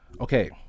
Okay